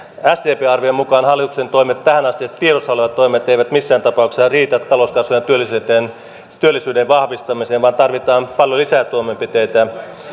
sdpn arvion mukaan hallituksen toimet tähänastiset tiedossa olevat toimet eivät missään tapauksessa riitä talouskasvuun ja työllisyyden vahvistamiseen vaan tarvitaan paljon lisää toimenpiteitä